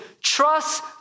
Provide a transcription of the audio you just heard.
trust